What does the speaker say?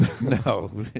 No